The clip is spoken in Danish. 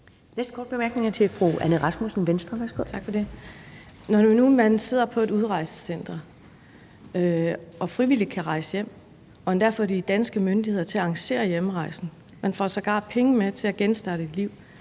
Venstre. Værsgo. Kl. 13:01 Anne Rasmussen (V): Tak for det. Når nu man sidder på et udrejsecenter og frivilligt kan rejse hjem og endda få de danske myndigheder til at arrangere hjemrejsen – man får sågar penge med til at genstarte sit liv